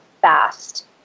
fast